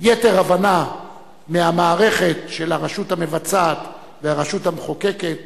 יתר הבנה מהמערכת של הרשות המבצעת והרשות המחוקקת